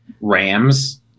Rams